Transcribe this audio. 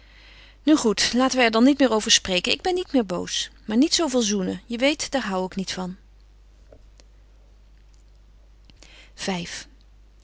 nu goed laten wij er dan niet meer over spreken ik ben niet meer boos maar niet zooveel zoenen je weet daar hoû ik niet van v